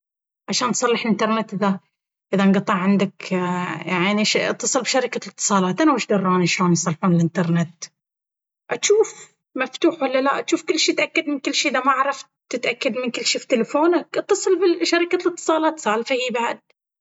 عشان تصلح الانترنت اذا انقطع عندك يعني اتصل بشركة الاتصالات انا وش دراني شلون يصلحون الانترنت… اجوف مفتوح ولا لاا جوف كل شي اتاكد من كل شي اذا ما عرفت تتأكد من كل شي فتلفونك اتصل بشركة الاتصالات سالفة هي بعد!!